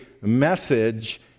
message